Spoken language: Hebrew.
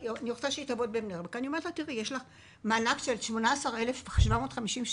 רוצה שהיא תעבוד בבני ברק אז אני אומרת לה שיש לה מענק של 18,750 שקל